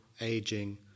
aging